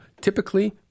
typically